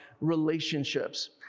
relationships